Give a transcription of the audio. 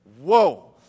Whoa